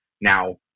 now